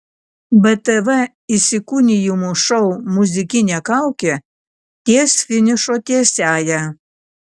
btv įsikūnijimų šou muzikinė kaukė ties finišo tiesiąja